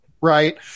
Right